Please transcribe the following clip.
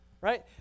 right